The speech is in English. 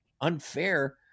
unfair